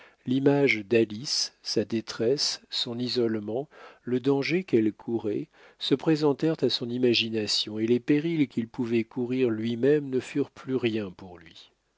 l'image d'alice sa détresse son isolement le danger qu'elle courait se présentèrent à son imagination et les périls qu'il pouvait courir lui-même ne furent plus rien pour lui